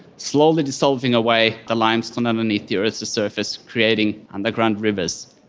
slowly dissolving away the limestone beneath the earth's surface, creating underground rivers.